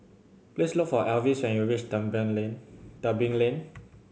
please look for Alvis when you reach Tebing Lane Tebing Lane